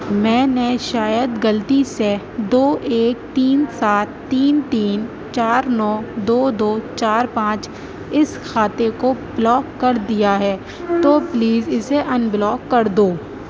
میں نے شاید غلطی سے دو ایک تین سات تین تین چار نو دو دو چار پانچ اس کھاتے کو بلاک کر دیا ہے تو پلیز اسے ان بلاک کر دو